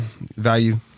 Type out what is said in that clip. value